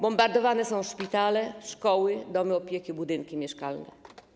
Bombardowane są szpitale, szkoły, domy opieki, budynki mieszkalne.